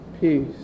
peace